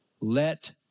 let